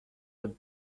with